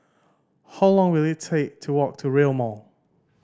how long will it take to walk to Rail Mall